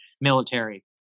military